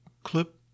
clip